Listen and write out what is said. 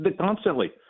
Constantly